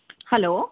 hello